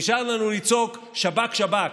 נשאר לנו לצעוק: שב"כ, שב"כ,